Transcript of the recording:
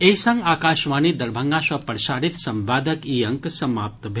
एहि संग आकाशवाणी दरभंगा सँ प्रसारित संवादक ई अंक समाप्त भेल